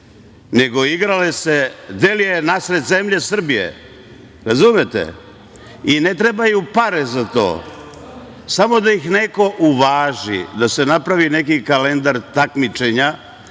nego „Igrale se delije na sred zemlje Srbije“. Razumete? I, ne trebaju pare za to, već samo da ih neko uvaži, da se napravi neki kalendar takmičenja